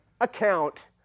account